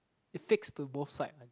it fixed to both side